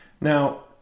Now